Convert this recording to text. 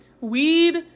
Weed